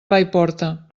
paiporta